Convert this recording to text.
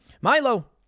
Milo